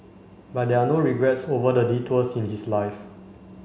but there are no regrets over the detours in his life